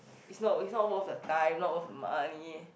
is not is not worth the time not worth the money